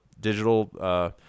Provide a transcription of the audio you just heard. digital